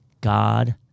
God